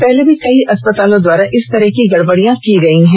पहले भी कई अस्पतालों द्वारा इस तहत की कई गड़बड़ियां की गई है